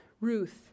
Ruth